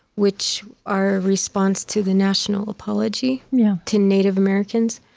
which are a response to the national apology you know to native americans.